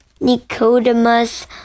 Nicodemus